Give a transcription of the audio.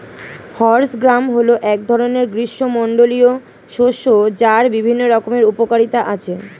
horse gram হল এক ধরনের গ্রীষ্মমণ্ডলীয় শস্য যার বিভিন্ন রকমের উপকারিতা আছে